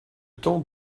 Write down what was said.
temps